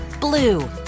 blue